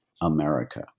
America